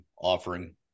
offering